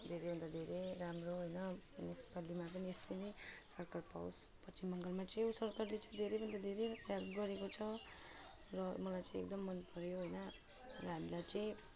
धेरैभन्दा धेरै राम्रो होइन नेक्स्ट पालीमा पनि यस्तै नै सरकार पावोस् पश्चिम बङ्गालमा चाहिँ यो सरकारले चाहिँ धेरैभन्दा धेरै हेल्प गरेको छ र मलाई चाहिँ एकदम मन पऱ्यो होइन र हामीलाई चाहिँ